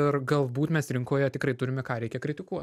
ir galbūt mes rinkoje tikrai turime ką reikia kritikuot